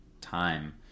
time